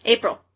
April